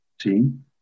team